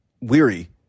weary